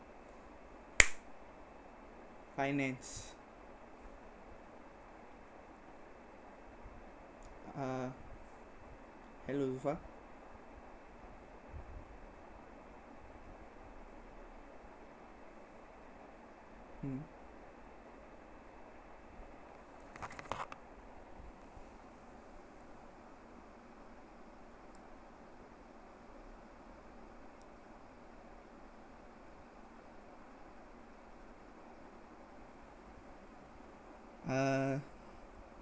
finance uh hello ufa uh